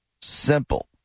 simple